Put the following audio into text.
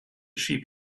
sheep